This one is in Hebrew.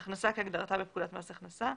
"הכנסה" כהגדרתה בפקודת מס הכנסה,